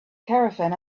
caravan